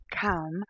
come